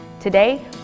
Today